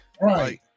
Right